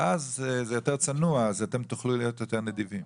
אז זה יותר צנוע אז תוכלו להיות יותר נדיבים.